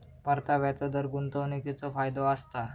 परताव्याचो दर गुंतवणीकीचो फायदो असता